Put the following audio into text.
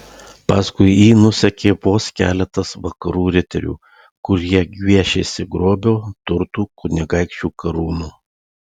paskui jį nusekė vos keletas vakarų riterių kurie gviešėsi grobio turtų kunigaikščių karūnų